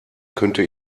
könnte